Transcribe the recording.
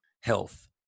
health